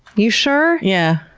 you sure? yeah.